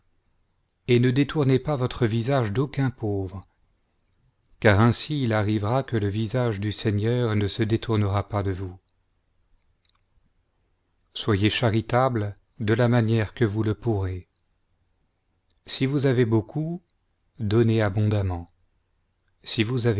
et ne détournez votre visage d'aucun pauvre car ainsi il arrivera que le visage du seigneur ne se détournera pas de vous soyez charitable de la manière que vous le pourrez si vous avez beaucoup donnez abondamment si vous